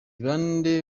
bande